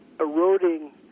eroding